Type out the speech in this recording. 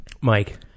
Mike